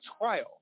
trial